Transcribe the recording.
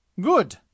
Good